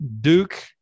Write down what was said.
Duke